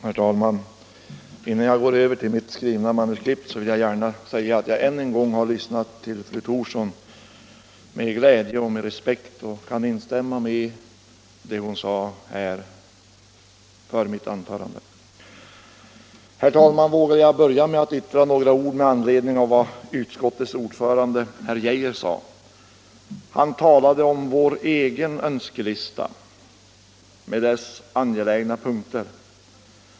Herr talman! Innan jag går över till mitt skrivna manuskript vill jag säga att jag än en gång har lyssnat till fru Thorsson med glädje och respekt och att jag kan instämma i vad hon sade. Herr talman! Kanske vågar jag sedan börja med att yttra några ord med anledning av vad utskottets ordförande herr Arne Geijer sade. Han talade om vår egen svenska önskelista med dess angelägna punkter.